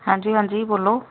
ਹਾਂਜੀ ਹਾਂਜੀ ਬੋਲੋ